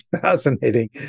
Fascinating